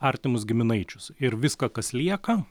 artimus giminaičius ir viską kas lieka